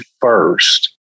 first